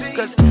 Cause